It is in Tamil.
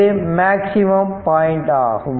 இது மேக்ஸிமம் பாயிண்ட் ஆகும்